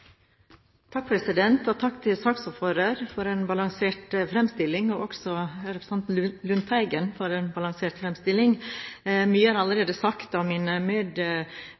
Takk til saksordføreren for en balansert fremstilling – og også til representanten Lundteigen for en balansert fremstilling. Mye er allerede sagt av